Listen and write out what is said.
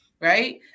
right